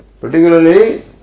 particularly